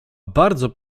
bardzo